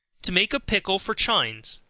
to make a pickle for chines.